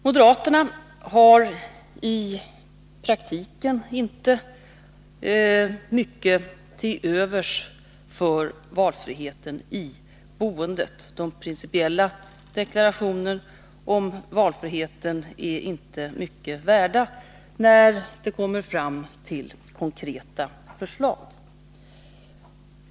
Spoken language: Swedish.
Moderaterna har i praktiken inte mycket till övers för valfriheten i boendet. De principiella deklarationerna om valfriheten är inte mycket värda när det gäller att komma fram till konkreta förslag.